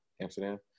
Amsterdam